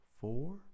four